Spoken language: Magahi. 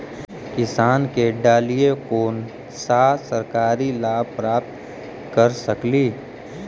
किसान के डालीय कोन सा सरकरी लाभ प्राप्त कर सकली?